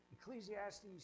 Ecclesiastes